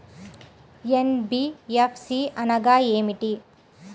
NBFC అనగా ఏమిటీ?